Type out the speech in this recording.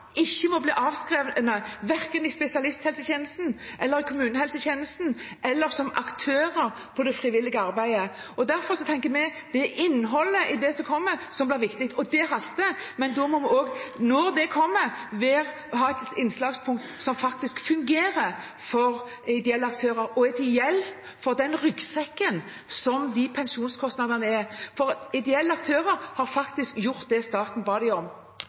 ikke må bli avskrevet, verken i spesialisthelsetjenesten eller i kommunehelsetjenesten, eller som aktører i det frivillige arbeidet. Derfor tenker vi at det er innholdet i det som kommer, som blir viktig, og dette haster! Men når det kommer, må det ha et innslagspunkt som faktisk fungerer for de ideelle aktørene, og som er til hjelp med den ryggsekken som pensjonskostnadene er, for de ideelle aktørene har faktisk gjort det som staten ba dem om